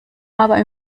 aber